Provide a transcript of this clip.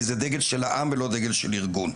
כי זה דגל של העם ולא דגל של ארגון.